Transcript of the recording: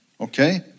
okay